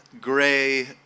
gray